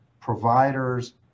providers